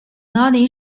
nordic